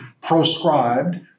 proscribed